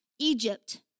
Egypt